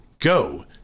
go